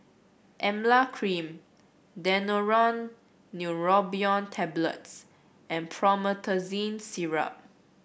Emla Cream Daneuron Neurobion Tablets and Promethazine Syrup